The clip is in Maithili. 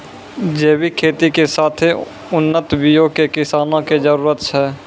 जैविक खेती के साथे उन्नत बीयो के किसानो के जरुरत छै